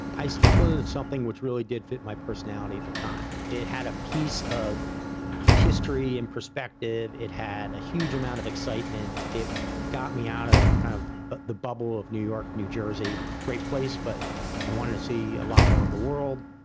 i stumbled on something which really did fit my personality at the time, it it had a piece of history and perspective. it had a huge amount of excitement. it got me out of kind of ah the bubble of new york, new jersey, which great place, but i wanted to see a lot more of the world.